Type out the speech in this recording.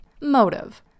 Motive